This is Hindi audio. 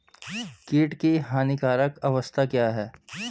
कीट की हानिकारक अवस्था क्या है?